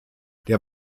der